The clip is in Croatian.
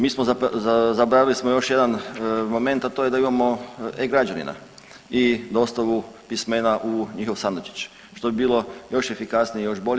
Mi smo, zaboravili smo još jedan moment, a to je da imamo e-građanina i dostavu pismena u njihov sandučić što bi bilo još efikasnije i još bolje.